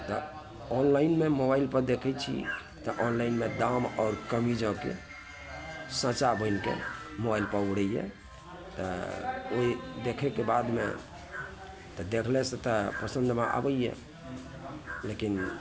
तऽ ऑनलाइनमे मोबाइल पर देखैत छी तऽ ऑनलाइनमे दाम आओर कमीजक के साँचा बनिके मोबाइल पर उभरैये तऽ ओहि देखैके बादमे तऽ देखले से तऽ पसन्दमे आबैए लेकिन